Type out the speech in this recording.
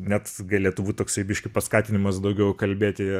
net galėtų toksai biškį paskatinimas daugiau kalbėti